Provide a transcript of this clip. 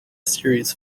series